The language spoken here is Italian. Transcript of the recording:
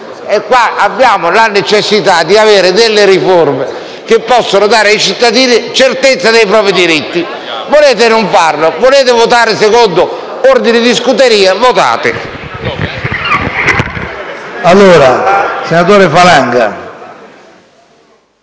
nulla! Abbiamo la necessità di avere riforme che possano dare ai cittadini certezza dei propri diritti. Voi volete farlo, volete votare secondo ordini di scuderia: votate!